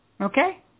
Okay